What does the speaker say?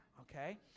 Okay